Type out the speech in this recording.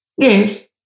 Yes